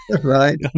Right